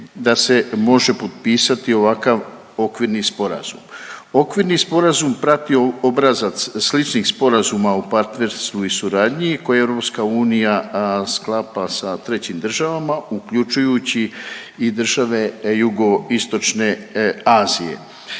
da se može potpisati ovakav okvirni sporazum. Okvirni sporazum prati obrazac sličnih sporazuma o partnerstvu i suradnji koji EU sklapa sa trećim državama, uključujući i države jugoistočne Azije.